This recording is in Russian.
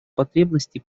потребности